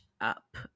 up